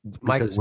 Mike